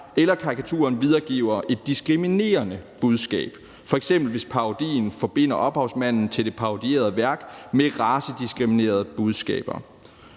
eller parodien videregiver et diskriminerende budskab, f.eks. hvis en parodi forbinder ophavsmanden til det parodierede værk med racediskriminerende budskaber,